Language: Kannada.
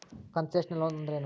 ಕನ್ಸೆಷನಲ್ ಲೊನ್ ಅಂದ್ರೇನು?